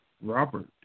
Robert